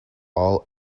all